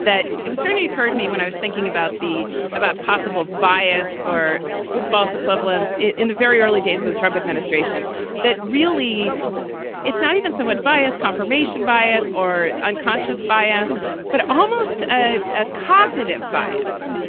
that was certainly occurred to me when i was thinking about the about possible bias or false false equivalence in the very early days of the trump administration that really it's not even somewhat biased confirmation bias or unconscious bias, but almost a ah cognitive bias.